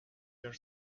their